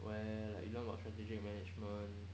where like you know got strategic management